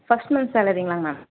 first month சேலரிங்களாங்க ma'am